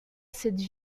cette